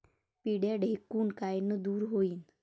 पिढ्या ढेकूण कायनं दूर होईन?